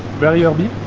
very yummy